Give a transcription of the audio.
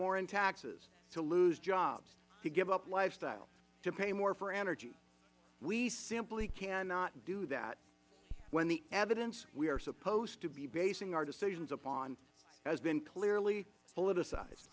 more in taxes to lose jobs to give up lifestyles to pay more for energy we simply cannot do that when the evidence we are supposed to be basing our decisions upon has been clearly politicized